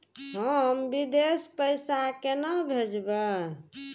हम विदेश पैसा केना भेजबे?